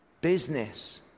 business